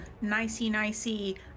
nicey-nicey